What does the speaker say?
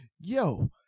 yo